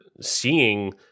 seeing